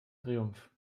triumph